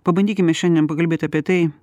pabandykime šiandien pakalbėt apie tai